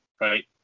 right